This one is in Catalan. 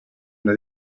una